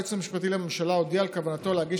היועץ המשפטי לממשלה הודיע על כוונתו להגיש